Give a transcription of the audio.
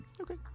Okay